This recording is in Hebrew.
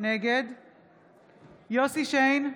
נגד יוסף שיין,